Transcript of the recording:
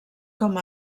com